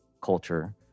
culture